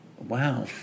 Wow